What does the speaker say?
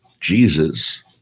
Jesus